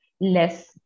less